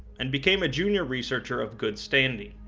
and became a junior researcher of good standing.